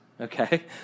okay